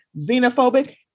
xenophobic